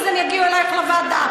אז הן יגיעו אלייך לוועדה.